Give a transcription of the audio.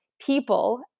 people